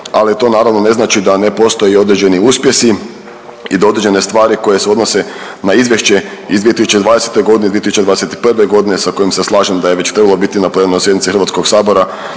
ali to naravno ne znači da ne postoje određeni uspjesi i da određene stvari koje se odnose na izvješće iz 2020. godine, 2021. godine sa kojim se slažem da je već trebalo biti na plenarnoj sjednici Hrvatskog sabora